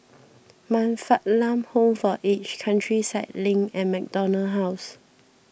Man Fatt Lam Home for Aged Countryside Link and MacDonald House